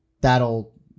That'll